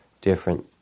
different